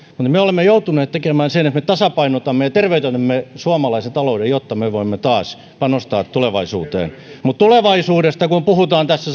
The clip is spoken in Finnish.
mutta me olemme joutuneet tekemään sen että me tasapainotamme ja tervehdytämme suomalaisen talouden jotta me voimme taas panostaa tulevaisuuteen mutta tulevaisuudesta kun puhutaan tässä